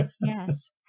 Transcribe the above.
Yes